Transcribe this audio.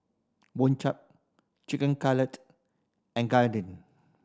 Boribap Chicken Cutlet and Gyudon